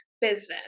business